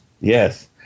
yes